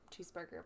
cheeseburger